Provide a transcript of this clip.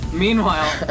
Meanwhile